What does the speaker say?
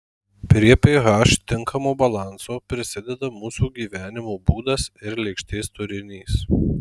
prie ph tinkamo balanso prisideda mūsų gyvenimo būdas ir lėkštės turinys